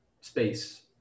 space